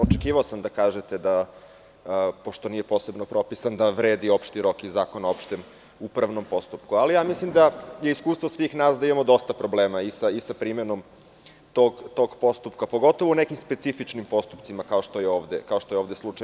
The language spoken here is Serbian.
Očekivao sam da kažete da, pošto nije posebno propisano, vredi opšti rok i Zakon o opštem upravnom postupku, ali je iskustvo svih nas da imamo dosta problema i sa primernom tog postupka, pogotovo u nekim specifičnim postupcima kao što je ovde slučaj.